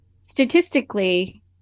Statistically